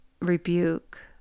Rebuke